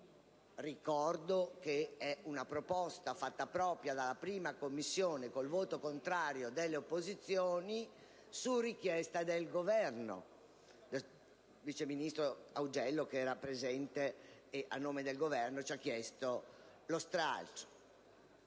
ricordo che è una proposta fatta propria dalla 1a Commissione, con il voto contrario delle opposizioni, su richiesta del Governo: nello specifico, del sottosegretario Augello, che era presente a nome del Governo e che ha chiesto lo stralcio.